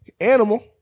Animal